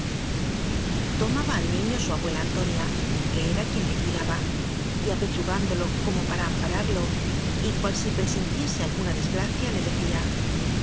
tomaba al niño su abuela antonia que era quien le cuidaba y apechugándolo como para ampararlo y cual si presintiese alguna desgracia le decía